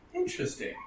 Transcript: Interesting